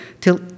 till